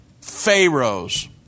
pharaohs